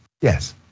Yes